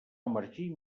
emergir